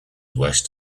west